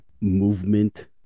movement